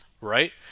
right